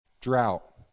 Drought